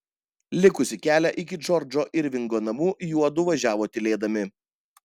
likusį kelią iki džordžo irvingo namų juodu važiavo tylėdami